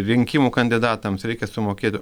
rinkimų kandidatams reikia sumokėt